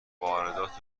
واردات